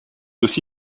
aussi